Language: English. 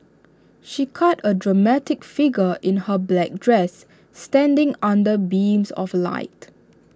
she cut A dramatic figure in her black dress standing under beams of light